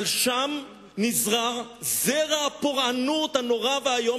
אבל שם נזרע זרע הפורענות הנורא והאיום